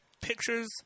pictures